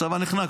הצבא נחנק,